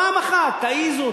פעם אחת תעזו,